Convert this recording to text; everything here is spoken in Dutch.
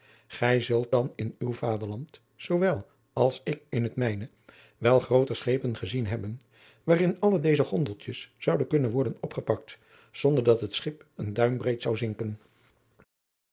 gij zult dan in uw vaderland zoowel als ik in het mijne wel grooter schepen gezien hebben waarin alle deze gondeltadriaan loosjes pzn het leven van maurits lijnslager jes zouden kunnen worden opgepakt zonder dat het schip een duim breed zou zinken